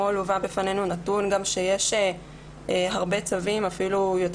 אתמול הובא בפנינו נתון שיש אפילו יותר